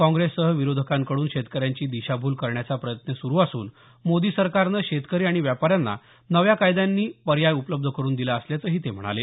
काँग्रेससह विरोधकांकडून शेतकऱ्यांची दिशाभूल करण्याचा प्रयत्न सुरू असून मोदी सरकारनं शेतकरी आणि व्यापाऱ्यांना नव्या कायद्यांनी पर्याय उपलब्ध करून दिला असल्याचंही ते म्हणाले